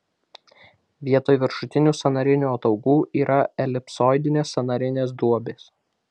vietoj viršutinių sąnarinių ataugų yra elipsoidinės sąnarinės duobės